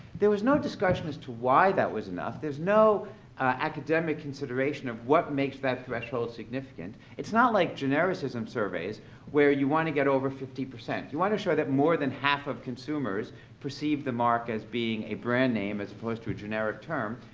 there was no discussion as to why that was enough. there's no academic consideration of what makes that threshold significant. it's not like genericism surveys where you wanna get over fifty, you wanna show that more than half of consumers perceived the mark as being a brand name as opposed to a generic term.